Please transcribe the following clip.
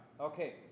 Okay